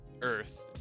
Earth